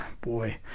Boy